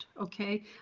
okay